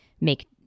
make